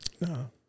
No